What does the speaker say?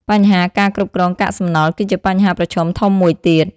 បញ្ហាការគ្រប់គ្រងកាកសំណល់ គឺជាបញ្ហាប្រឈមធំមួយទៀត។